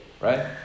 Right